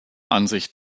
ansicht